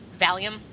Valium